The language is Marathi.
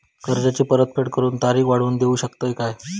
कर्जाची परत फेड करूक तारीख वाढवून देऊ शकतत काय?